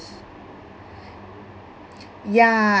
ya